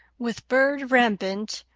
with bird rampant,